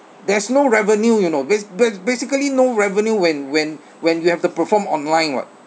there's no revenue you know ba~ ba~ basically no revenue when when when you have to perform online [what]